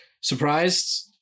surprised